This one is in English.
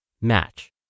match